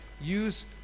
use